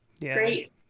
great